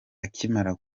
akimara